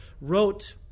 wrote